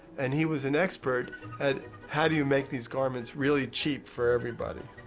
and he was an expert at, how do you make these garments really cheap for everybody?